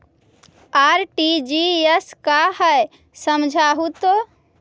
RTGS का है समझाहू तो?